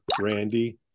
Randy